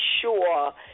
sure